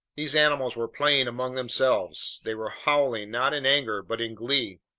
these animals were playing among themselves. they were howling not in anger but in glee.